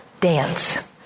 dance